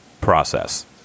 process